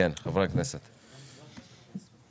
חברי הכנסת, בבקשה.